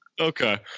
Okay